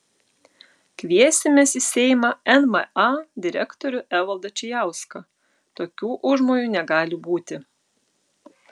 kviesimės į seimą nma direktorių evaldą čijauską tokių užmojų negali būti